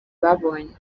babonye